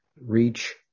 reach